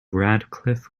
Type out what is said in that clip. radcliffe